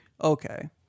Okay